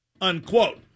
unquote